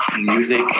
music